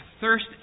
thirst